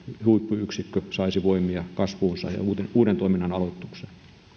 huippuyksikkö saisi voimia kasvuunsa ja uuden uuden toiminnan aloitukseen